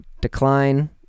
decline